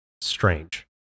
strange